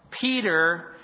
Peter